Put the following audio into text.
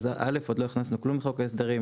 עוד לא הכנסנו לחוק ההסדרים,